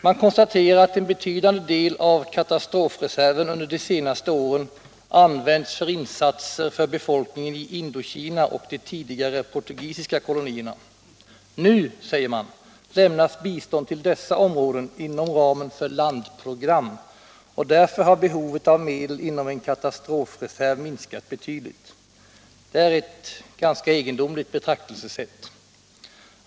Man konstaterar att en betydande del av katastrofreserven under de senaste åren använts för insatser för befolkningen i Indokina och de tidigare portugisiska kolonierna. Nu, säger man, lämnas bistånd till dessa områden inom ramen för landprogram, och därför har behovet av medel inom en katastrofreserv minskat betydligt. Det är ett ganska egendomligt betraktelsesätt.